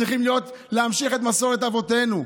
צריכים להמשיך את מסורת אבותינו.